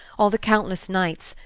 all the countless nights,